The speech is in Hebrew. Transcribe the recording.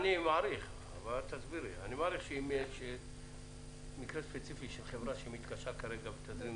אני מעריך שאם יש מקרה ספציפי של חברה שמתקשה כרגע להסתדר,